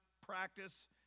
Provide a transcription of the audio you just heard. practice